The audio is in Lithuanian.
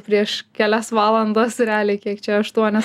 prieš kelias valandas realiai kiek čia aštuonias